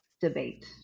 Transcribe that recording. debate